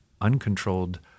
uncontrolled